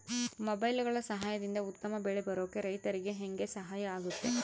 ಮೊಬೈಲುಗಳ ಸಹಾಯದಿಂದ ಉತ್ತಮ ಬೆಳೆ ಬರೋಕೆ ರೈತರಿಗೆ ಹೆಂಗೆ ಸಹಾಯ ಆಗುತ್ತೆ?